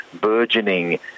burgeoning